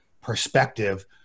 perspective